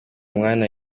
umwana